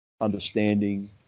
understanding